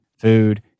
food